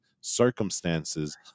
circumstances